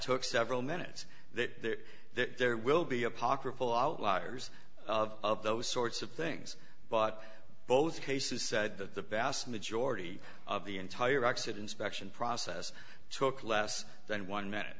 took several minutes that that there will be apocryphal outliers of those sorts of things but both cases said that the vast majority of the entire exit inspection process took less than one minute